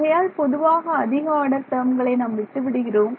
ஆகையால் பொதுவாக அதிக ஆர்டர் டேர்ம்களை நாம் விட்டுவிடுகிறோம்